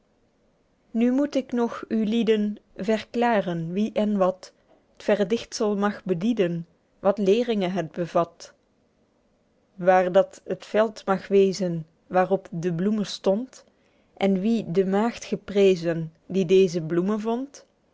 nu moet ik nog ulieden verklaren wie en wat t verdichtsel mag bedieden wat leeringe het bevat waer dat het veld mag wezen waerop de bloeme stond en wie de maegd geprezen die deze bloeme vond